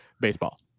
baseball